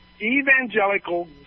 evangelical